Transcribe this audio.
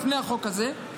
לפני החוק הזה,